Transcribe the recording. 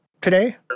today